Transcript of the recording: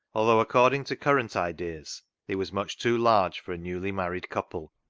although accord ing to current ideas it was much too large for a newly-married couple.